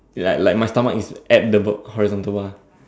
like like my stomach is at the horizontal bar